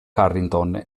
carrington